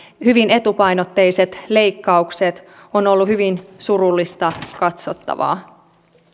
hyvin etupainotteiset leikkaukset ovat olleet hyvin surullista katsottavaa